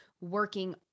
working